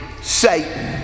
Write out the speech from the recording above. Satan